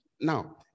now